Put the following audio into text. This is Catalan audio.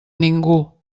ningú